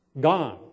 gone